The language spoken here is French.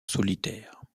solitaire